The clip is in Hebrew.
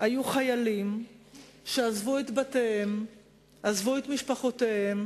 היו חיילים שעזבו את בתיהם ואת משפחותיהם